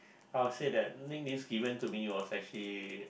I will say that nicknames given to me was actually